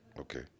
Okay